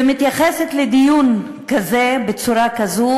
מתייחסת לדיון כזה בצורה כזו